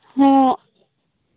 ᱦᱮᱸ